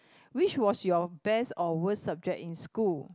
which was your best or worst subject in school